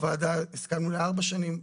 הוועדה הסכמנו לארבע שנים.